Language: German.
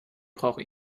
braucht